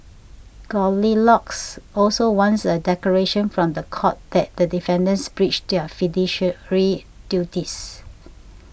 Goldilocks also wants a declaration from the court that the defendants breached their fiduciary duties